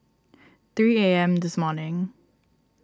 three A M this morning